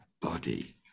body